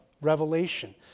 Revelation